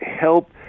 help